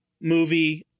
movie